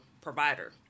provider